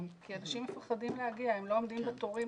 כי אנשים מפחדים להגיע, הם לא עומדים בתורים